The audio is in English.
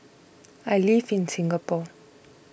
I live in Singapore